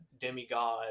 demigod